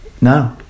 no